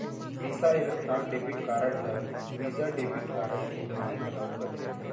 बिसा electron debit card ल Visa debit card के बहिनी घलौक कथें